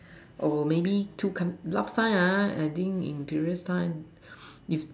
oh maybe you can two count last time ah in curious time you